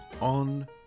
on